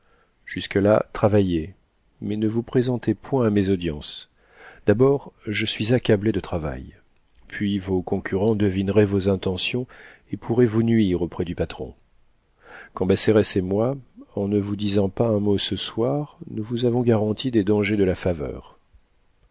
jusque-là travaillez mais ne vous présentez point à mes audiences d'abord je suis accablé de travail puis vos concurrents devineraient vos intentions et pourraient vous nuire auprès du patron cambacérès et moi en ne vous disant pas un mot ce soir nous vous avons garanti des dangers de la faveur